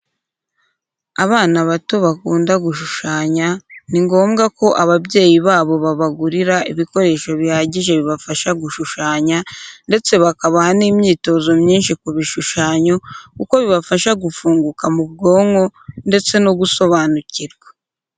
Abana bato bakunda gushushanya, ni ngombwa ko ababyeyi babo babagurira ibikoresho bihagije bibafasha gushushanya, ndetse bakabaha n’imyitozo myinshi ku bishushanyo, kuko bibafasha gufunguka mu bwonko ndetse no gusobanukirwa.